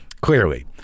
Clearly